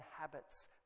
habits